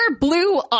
Blue